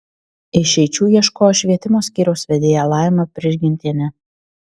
išeičių ieškojo švietimo skyriaus vedėja laima prižgintienė